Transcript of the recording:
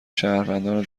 شهروندان